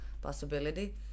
possibility